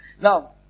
Now